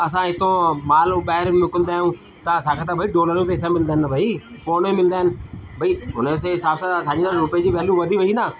असां हितां माल ॿाहिरि मोकिलींदा आहियूं त असांखा त भई डॉलर में पैसा मिलंदा आहिनि न भई पोइ उन ई मिलंदा आहिनि भई हुनजे हिसाब सां असांजे रुपए जी वेल्यू वधी वई न